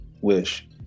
wish